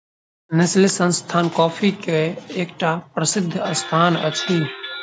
Nestle संस्थान coffee के एकटा प्रसिद्ध संस्थान अछि